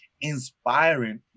inspiring